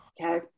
Okay